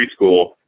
preschool